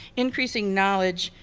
increasing knowledge,